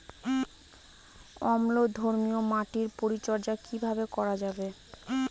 অম্লধর্মীয় মাটির পরিচর্যা কিভাবে করা যাবে?